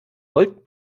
volt